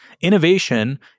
Innovation